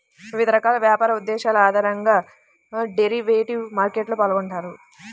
వివిధ రకాల వ్యాపార ఉద్దేశాల ఆధారంగా డెరివేటివ్ మార్కెట్లో పాల్గొంటారు